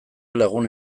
lagun